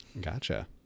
Gotcha